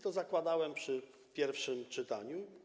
To zakładałem przy pierwszym czytaniu.